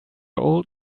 old